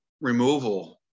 removal